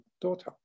daughter